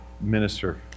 minister